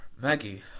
Maggie